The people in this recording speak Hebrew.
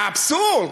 והאבסורד,